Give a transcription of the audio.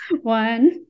One